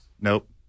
Nope